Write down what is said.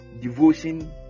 Devotion